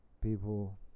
people